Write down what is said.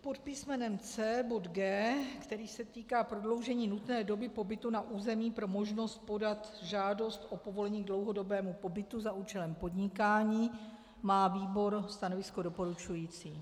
Pod písmenem C bod G, který se týká prodloužení nutné doby pobytu na území pro možnost podat žádost o povolení k dlouhodobému pobytu za účelem podnikání, má výbor stanovisko doporučující.